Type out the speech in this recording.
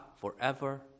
forever